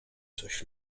coś